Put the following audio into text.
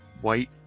white